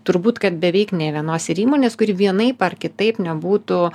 turbūt kad beveik nė vienos ir įmonės kuri vienaip ar kitaip nebūtų